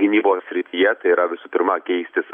gynybos srityje tai yra visų pirma keistis